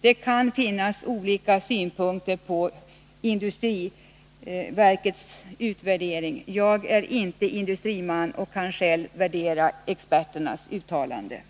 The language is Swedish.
Det kan finnas olika synpunkter på industriverkets utvärdering. Jag är inte industriman och kan därför inte bedöma experternas uttalande.